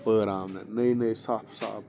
پٲراونہٕ نٔے نٔے صاف صاف